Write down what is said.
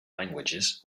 languages